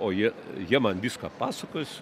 o jie jie man viską pasakos